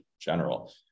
general